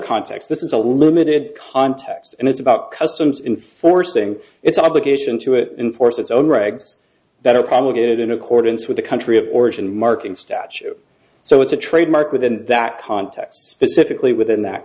context this is a limited context and it's about customs in forcing its obligation to it enforce its own regs that are promulgated in accordance with the country of origin marking statue so it's a trademark within that context specifically within that